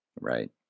Right